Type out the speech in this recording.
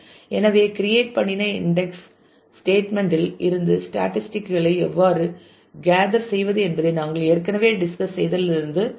எனவே கிரியேட் பண்ணின index statement இல் இருந்து ஸ்டேட்டிஸ்டிக் களை எவ்வாறு கேதர் செய்வது என்பதை நாங்கள் ஏற்கனவே டிஸ்கஸ் செய்ததில் இருந்து தெரியலாம்